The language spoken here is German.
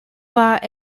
war